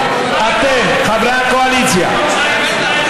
נתייחס בצורה עניינית לדברים אחד של